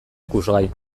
ikusgai